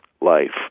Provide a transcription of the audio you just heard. life